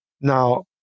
Now